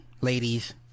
ladies